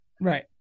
Right